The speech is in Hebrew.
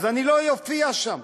אני לא אופיע שם.